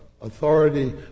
authority